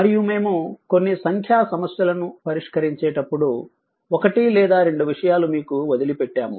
మరియు మేము కొన్ని సంఖ్యా సమస్యలను పరిష్కరించేటప్పుడు ఒకటి లేదా రెండు విషయాలు మీకు వదిలి పెట్టాము